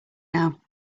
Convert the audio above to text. now